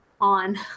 on